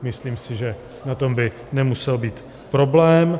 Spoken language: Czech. Myslím si, že na tom by nemusel být problém.